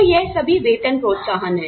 तो यह सभी वेतन प्रोत्साहन हैं